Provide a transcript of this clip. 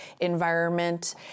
environment